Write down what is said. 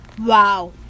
Wow